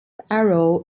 arrow